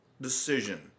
decision